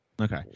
Okay